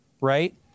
Right